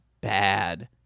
bad